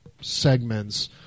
segments